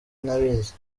ntabizi